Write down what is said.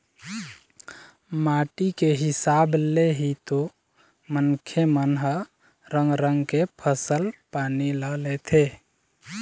माटी के हिसाब ले ही तो मनखे मन ह रंग रंग के फसल पानी ल लेथे